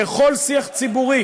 בכל שיח ציבורי,